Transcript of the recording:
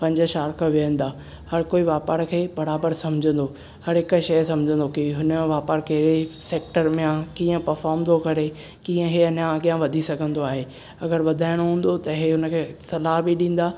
पंज शार्क विहंदा हर कोइ व्यापार खे बरोबर समझंदो हर हिकु शई समझंदो कि हुन जो व्यापार कहिड़े सेक्टर में आहे कीअं परफोर्म थो करे कीअं ही अञां अॻियां वधी सघंदो आहे अॻर वधाइणो हूंदो त हू हुन खे सलाह बि ॾींदा